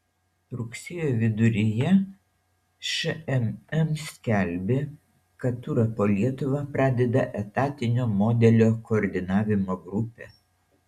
rugsėjo viduryje šmm skelbė kad turą po lietuvą pradeda etatinio modelio koordinavimo grupė